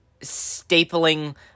stapling